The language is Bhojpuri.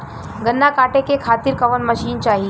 गन्ना कांटेके खातीर कवन मशीन चाही?